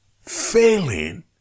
failing